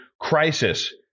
crisis